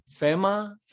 FEMA